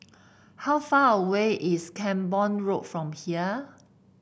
how far away is Camborne Road from here